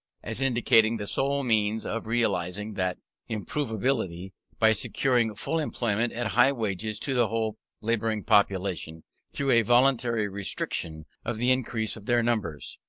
as indicating the sole means of realizing that improvability by securing full employment at high wages to the whole labouring population through a voluntary restriction of the increase of their numbers.